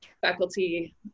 faculty